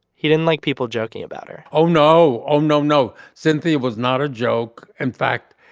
he didn't like people joking about her oh no. oh no, no. cynthia was not a joke. in fact,